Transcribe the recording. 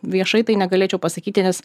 viešai tai negalėčiau pasakyti nes